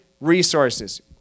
resources